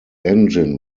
engine